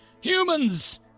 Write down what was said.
Humans